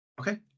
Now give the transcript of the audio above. Okay